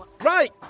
Right